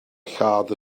lladd